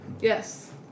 Yes